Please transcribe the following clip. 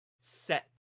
Set